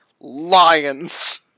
lions